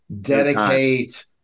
dedicate